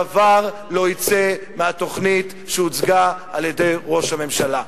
דבר לא יצא מהתוכנית שהוצגה על-ידי ראש הממשלה.